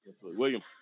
William